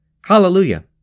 Hallelujah